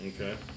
Okay